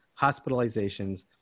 hospitalizations